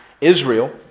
Israel